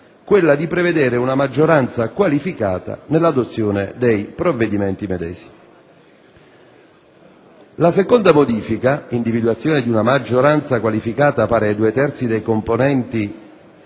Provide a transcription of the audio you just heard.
La seconda modifica - individuazione di una maggioranza qualificata pari ai due terzi dei componenti di